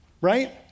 right